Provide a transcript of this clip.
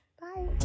Bye